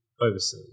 overseas